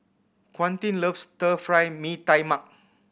Quentin loves Stir Fry Mee Tai Mak